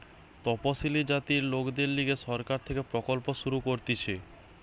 তপসিলি জাতির লোকদের লিগে সরকার থেকে প্রকল্প শুরু করতিছে